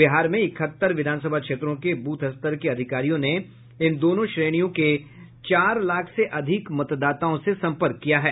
बिहार में इकहत्तर विधानसभा क्षेत्रों के बूथ स्तर के अधिकारियों ने इन दोनों श्रेणियों के चार लाख से अधिक मतदाताओं से संपर्क किया है